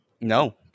No